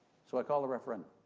so i called a referendum.